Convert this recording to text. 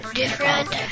different